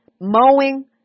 mowing